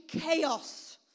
chaos